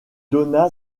donna